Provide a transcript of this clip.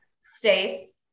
Stace